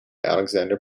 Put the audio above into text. alexander